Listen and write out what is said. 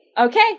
Okay